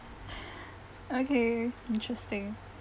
okay interesting